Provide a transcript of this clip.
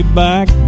back